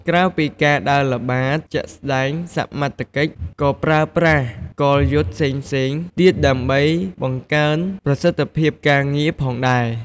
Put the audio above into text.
ក្រៅពី ការដើរល្បាតជាក់ស្តែង សមត្ថកិច្ច ក៏ប្រើប្រាស់ កលយុទ្ធផ្សេងៗ ទៀតដើម្បី បង្កើនប្រសិទ្ធភាព ការងារផងដែរ។